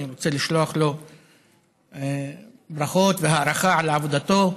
אני רוצה לשלוח לו ברכות והערכה על עבודתו.